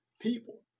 people